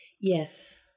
Yes